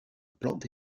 plantes